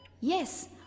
Yes